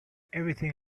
everything